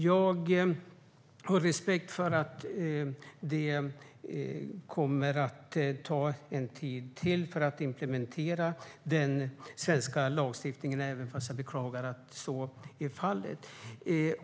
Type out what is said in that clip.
Jag har respekt för att det kommer att ta en tid till att implementera detta i den svenska lagstiftningen, även om jag beklagar att så är fallet.